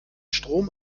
strom